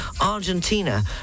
Argentina